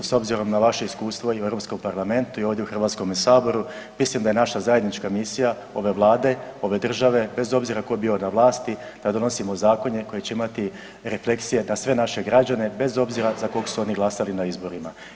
S obzirom na vaše iskustvo i u Europskom parlamentu i ovdje u HS-u mislim da je naša zajednička misija ove Vlade, ove države bez obzira tko bio na vlasti da donosimo zakone koji će imati refleksije na sve naše građane, bez obzira za kog su oni glasali na izborima.